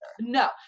no